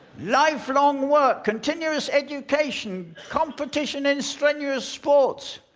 lifelong work, continuous education, competition in strenuous sports,